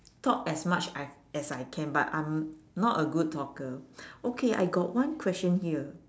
talk as much I as I can but I'm not a good talker okay I got one question here